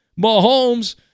Mahomes